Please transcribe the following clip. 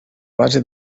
base